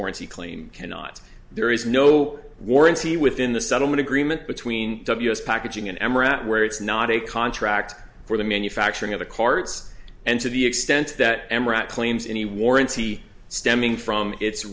warranty claim cannot there is no warranty within the settlement agreement between us packaging and emira where it's not a contract for the manufacturing of the courts and to the extent that claims any warranty stemming from its